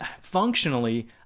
functionally